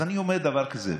אז אני אומר דבר כזה,